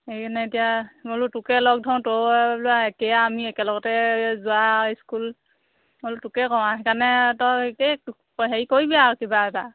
সেইকাৰণে এতিয়া মই বোলো তোকে লগ ধৰোঁ তই বোলো আৰু একে আৰু আমি একে লগতে যোৱা স্কুল মই বোলো তোকে কওঁ আৰু সেইকাৰণে দেই হেৰি কৰিবি আৰু কিবা এটা